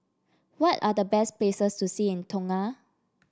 what are the best places to see in Tonga